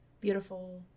Beautiful